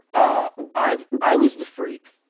ah i i was the freak,